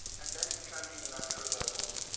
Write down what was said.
and that is changing the nature of our world.